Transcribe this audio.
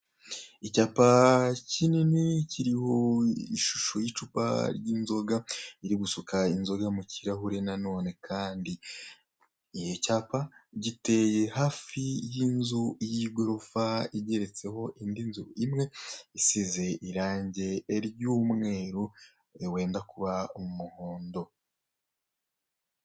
Icyapa kinini kiriho ishusho y'icupa ry'inzoga, iri gusuka inzoga mu kirahure na none kandi icyapa giteye hafi y'inzu y'igorofa igeretseho indi nzu imwe isize irange ry'umweru wenda kuba umuhondo.